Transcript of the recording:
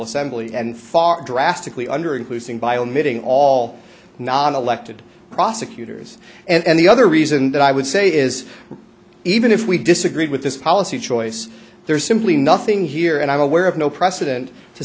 assembly and far drastically under including by omitting all non elected prosecutors and the other reason that i would say is even if we disagreed with this policy choice there's simply nothing here and i'm aware of no precedent to